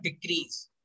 decrease